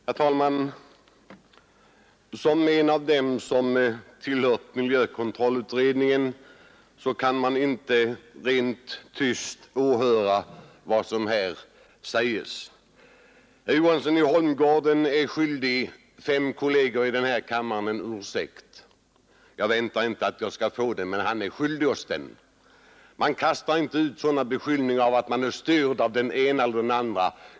Herr talman! Som en av dem som tillhört miljökontrollutred ningen kan jag inte sitta tyst och höra vad som här sägs. Herr Johansson i Holmgården är skyldig fem kolleger i den här kammaren en ursäkt. Jag väntar mig inte att vi skall få den men han är skyldig oss den. Man kastar inte ut beskyllningar om att kollegerna är styrda av den ena eller den andra.